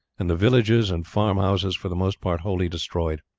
and the villages and farm-houses for the most part wholly destroyed.